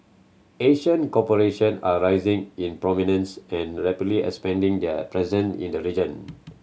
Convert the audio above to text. Asian corporation are rising in prominence and rapidly expanding their presence in the region